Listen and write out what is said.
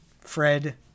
Fred